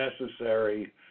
necessary